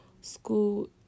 school